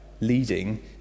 leading